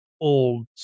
old